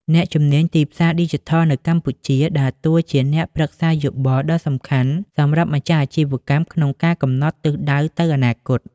អ្នកជំនាញទីផ្សារឌីជីថលនៅកម្ពុជាដើរតួជាអ្នកប្រឹក្សាយោបល់ដ៏សំខាន់សម្រាប់ម្ចាស់អាជីវកម្មក្នុងការកំណត់ទិសដៅទៅអនាគត។